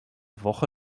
woche